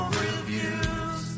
reviews